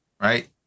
Right